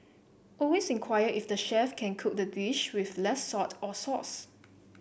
always inquire if the chef can cook the dish with less salt or sauce